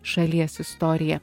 šalies istorija